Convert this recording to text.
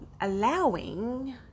allowing